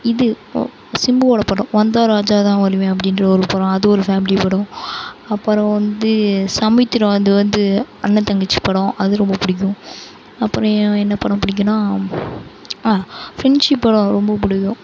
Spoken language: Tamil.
இது சிம்புவோட படம் வந்தால் ராஜாவாகதான் வருவேன் அப்படின்ற ஒரு படம் அது ஒரு ஃபேமிலி படம் அப்புறோம் வந்து சமுத்திரம் அது வந்து அண்ணன் தங்கச்சி படம் அது ரொம்ப பிடிக்கும் அப்புறோம் ஏன் என்ன படம் பிடிக்குனா ஆன் ஃப்ரெண்ட்ஷிப் படம் ரொம்ப பிடிக்கும்